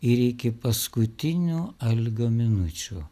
ir iki paskutinių algio minučių